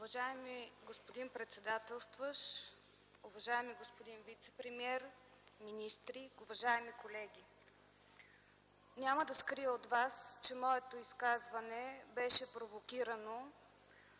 Уважаеми господин председателстващ, уважаеми господин вицепремиер, министри, уважаеми колеги! Няма да скрия от вас, че моето изказване беше провокирано